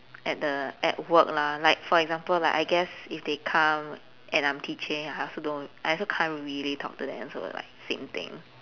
at the at work lah like for example like I guess if they come and I'm teaching I also don't I also can't really talk to them so like same thing